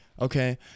Okay